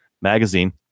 magazine